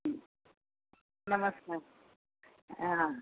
नमस्कार हां